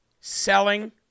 selling